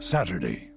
Saturday